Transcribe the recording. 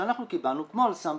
שאנחנו קיבלנו כמו "אל סם",